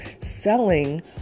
selling